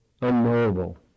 unknowable